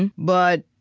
and but